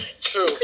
True